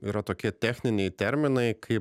yra tokie techniniai terminai kai